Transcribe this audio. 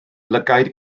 lygaid